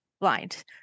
blind